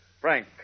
Frank